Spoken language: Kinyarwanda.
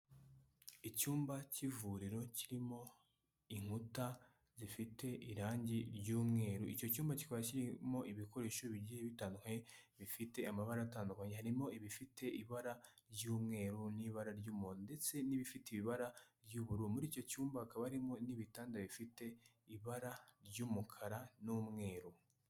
Icyumba cy'ivuriro kirimo inkuta zifite irangi ry'umweru, icyo cyumba kikaba kirimo ibikoresho bigiye bitandukanye bifite amabara atandukanye, harimo ibifite ibara ry'umweru n'ibara ry'umuhondo, ndetse n'ibifite ibara ry'ubururu. Muri icyo cyumba hakaba harimo n'ibitanda bifite ibara ry'umukara n'umweru.